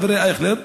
חברי אייכלר?